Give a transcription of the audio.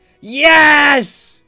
Yes